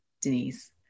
Denise